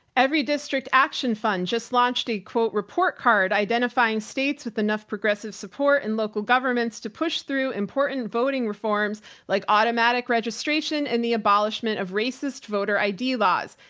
everydistrict action fund just launched a quote report card identifying states with enough progressive support and local governments to push through important voting reforms like automatic registration and the abolishment of racist voter id laws.